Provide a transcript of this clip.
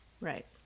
Right